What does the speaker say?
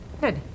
Good